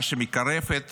מה שמקרב את